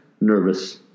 nervous